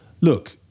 Look